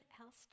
else